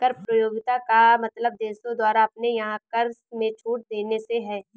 कर प्रतियोगिता का मतलब देशों द्वारा अपने यहाँ कर में छूट देने से है